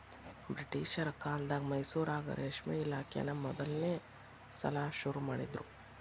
ಬ್ರಿಟಿಷರ ಕಾಲ್ದಗ ಮೈಸೂರಾಗ ರೇಷ್ಮೆ ಇಲಾಖೆನಾ ಮೊದಲ್ನೇ ಸಲಾ ಶುರು ಮಾಡಿದ್ರು